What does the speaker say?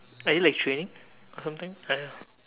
you like training or something I don't know